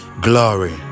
glory